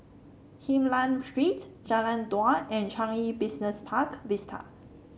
Hylam Street Jalan Dua and Changi Business Park Vista